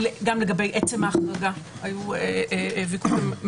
גם לגבי עצם החרגה היו ויכוחים.